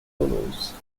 toulouse